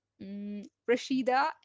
Rashida